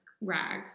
rag